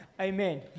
Amen